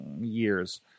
years